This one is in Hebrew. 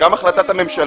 קובעת החלטת הממשלה?